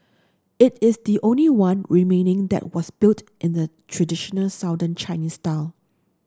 it is the only one remaining that was built in the traditional Southern Chinese style